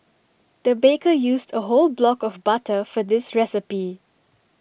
the baker used A whole block of butter for this recipe